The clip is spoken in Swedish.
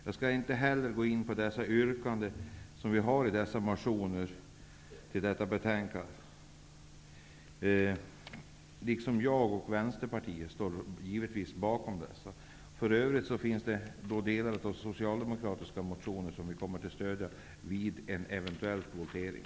Jag skall inte gå in på vilka yrkanden som vi har i motionerna till detta betänkande. Jag och Vänsterpartiet står självfallet bakom dem. För övrigt finns det delar av de socialdemokratiska motionerna som vi kommer att stödja vid en eventuell votering.